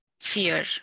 fear